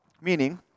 Meaning